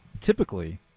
typically